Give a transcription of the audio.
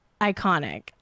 Iconic